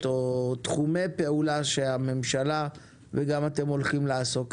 או תחומי פעולה הממשלה וגם אתם הולכים לעסוק בהם,